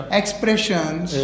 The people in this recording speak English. expressions